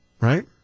right